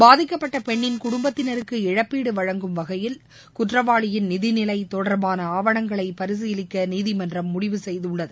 பாதிக்கப்பட்ட பெண்ணின் குடும்பத்தினருக்கு இழப்பீடு வழங்கும் வகையில் குற்றவாளியின் நிதிநிலை தொடர்பான ஆவணங்களை பரிசீலிக்க நீதிமன்றம் முடிவு செய்துள்ளது